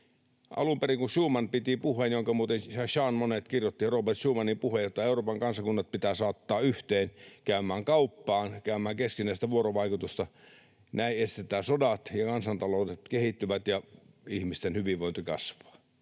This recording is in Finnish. Alun perin Robert Schuman piti puheen — jonka muuten Jean Monnet kirjoitti — että Euroopan kansakunnat pitää saattaa yhteen käymään kauppaa, käymään keskinäistä vuorovaikutusta, näin estetään sodat ja kansantaloudet kehittyvät ja ihmisten hyvinvointi kasvaa.